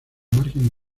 margen